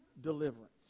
deliverance